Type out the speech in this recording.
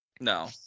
No